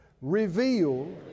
Revealed